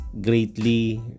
greatly